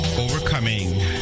overcoming